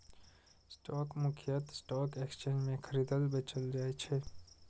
stock मुख्यतः stock exchange मे खरीदल, बेचल जाइ छै